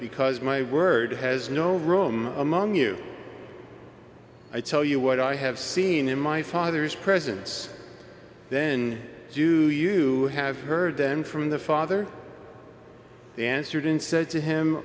because my word has no room among you i tell you what i have seen in my father's presence then due to you have heard then from the father answered and said to him